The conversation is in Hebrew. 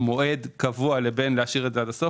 מועד קבוע ובין להשאיר את זה עד הסוף